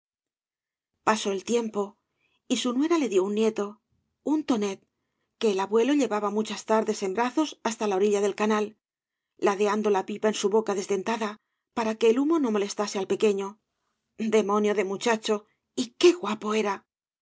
pasó el tiempo y su nuera le díó un nieto un tonet que el abuelo llevaba muchas tardes en brazos hasta la orilla del canal ladeando la pipa en su boca desdentada para que el humo no mo lestase al pequeño demonio de muchacho y qué guapo era